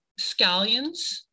scallions